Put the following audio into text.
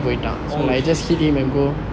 oh